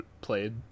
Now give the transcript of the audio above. played